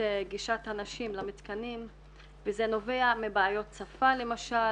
גישת הנשים למתקנים וזה נובע מבעיות שפה למשל,